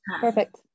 Perfect